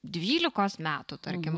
dvylikos metų tarkim